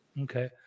Okay